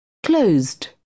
Closed